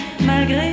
malgré